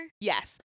Yes